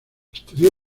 estudió